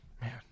Man